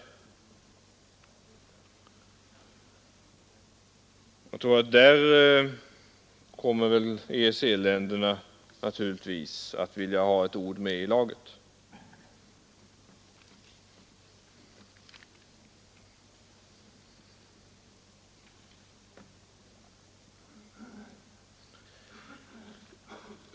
Där kommer nog EEC-länderna att vilja ha ett ord med i laget.